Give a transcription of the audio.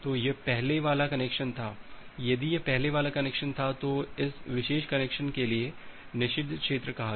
तो यह पहले वाला कनेक्शन था यदि यह पहले वाला कनेक्शन था तो इस विशेष कनेक्शन के लिए निषिद्ध क्षेत्र कहा गया था